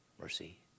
mercy